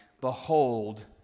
Behold